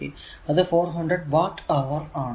അത് 400 വാട്ട് അവർ ആണ്